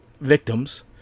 victims